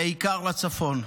בעיקר לצפון.